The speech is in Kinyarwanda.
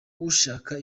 ushaka